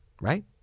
right